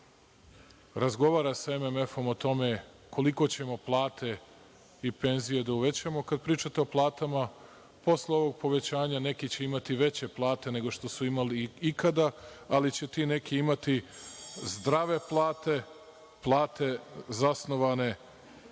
razgovara sa MMF-om o tome koliko ćemo plate i penzije da uvećamo. Kada pričate o platama, posle ovog povećanja neki će imati veće plate nego što su imali ikada, ali će ti neki imati zdrave plate, plate zasnovane